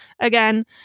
again